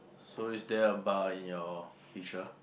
so is there a bar in your picture